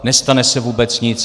Nestane se vůbec nic.